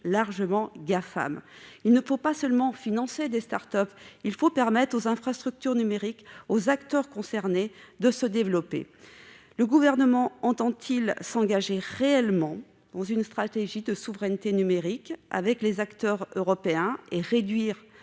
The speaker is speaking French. largement Gafam. Il ne suffit pas de financer des start-up, encore faut-il permettre aux infrastructures numériques et aux acteurs concernés de se développer. Monsieur le ministre, le Gouvernement entend-il s'engager réellement dans une stratégie de souveraineté numérique avec les acteurs européens et réduire,